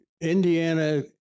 Indiana